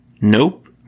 Nope